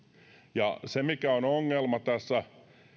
ja se mikä on ongelma tässä